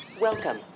Welcome